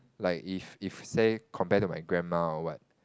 like if if say compare to my grandma or what